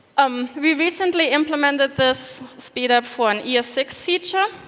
um we recently implemented this speed-up for an e s six feature.